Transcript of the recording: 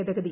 ഭേദഗതി